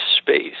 space